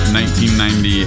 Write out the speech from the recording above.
1990